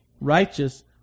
righteous